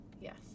Yes